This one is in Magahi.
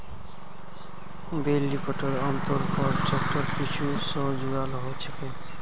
बेल लिफ्टर आमतौरेर पर ट्रैक्टरेर पीछू स जुराल ह छेक